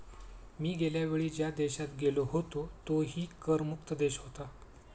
मी गेल्या वेळी ज्या देशात गेलो होतो तोही कर मुक्त देश होता